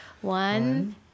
One